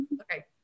Okay